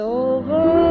over